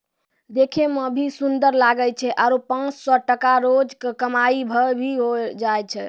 देखै मॅ भी सुन्दर लागै छै आरो पांच सौ टका रोज के कमाई भा भी होय जाय छै